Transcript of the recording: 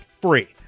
free